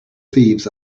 thieves